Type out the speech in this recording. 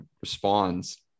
responds